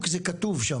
או כי זה כתוב שם?